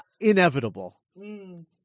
Inevitable